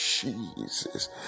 Jesus